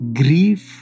grief